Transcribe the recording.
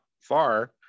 far